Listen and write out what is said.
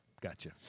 Gotcha